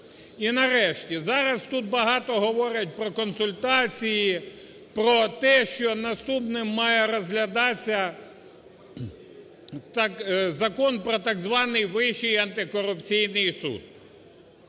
І нарешті, зараз тут багато говорять про консультації, про те, наступним має розглядатися закон про так званий Вищий антикорупційний суд.